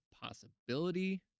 possibility